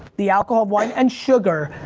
the alcohol of wine and sugar,